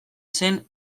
zen